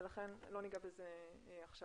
ולכן לא ניגע בזה עכשיו.